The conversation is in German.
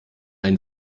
ein